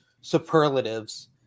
superlatives